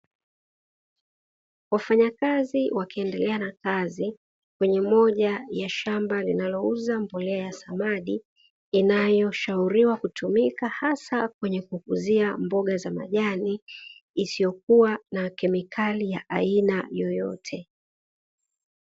Wafanya kazi wakiendelea na kazi kwenye moja ya a shamba linalouza mbolea ya samadi, inayoshauriwa kutumika hasa kukuzia mboga za majani isiyokuwa na kemikali ya aina yoyote.